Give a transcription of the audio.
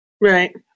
Right